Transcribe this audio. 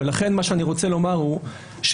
ולכן מה שאני רוצה לומר הוא שבסוף,